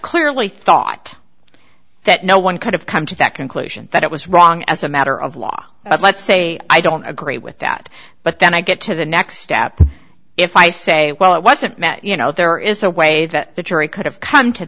clearly thought that no one could have come to that conclusion that it was wrong as a matter of law as let's say i don't agree with that but then i get to the next step if i say well it wasn't met you know there is a way that the jury could have come to